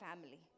family